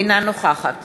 אינה נוכחת